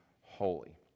holy